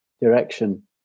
direction